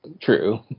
True